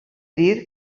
dir